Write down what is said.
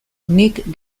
nik